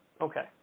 Okay